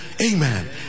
Amen